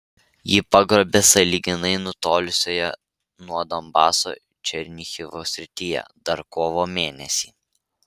jį pagrobė sąlyginai nutolusioje nuo donbaso černihivo srityje dar kovo mėnesį